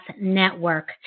network